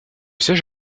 siège